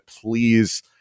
please